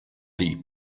deep